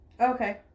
Okay